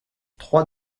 trois